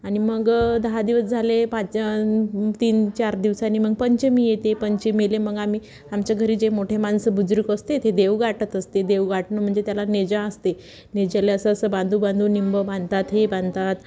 आणि मग दहा दिवस झाले पाच तीन चार दिवसानी मग पंचमी येते पंचमीले मग आम्ही आमच्या घरी जे मोठे माणसं बुजुर्ग असते ते देवघाटत असते देवघाटणं मणजे त्याला नेजा असते नेजेले असं असं बांधू बांधू निंबू बांधतात हे बांधतात